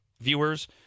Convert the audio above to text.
viewers